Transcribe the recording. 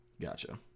Gotcha